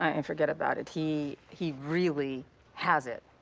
ah and forget about it. he he really has it.